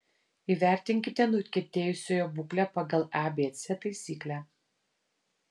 įvertinkite nukentėjusiojo būklę pagal abc taisyklę